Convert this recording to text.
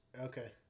Okay